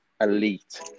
elite